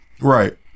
right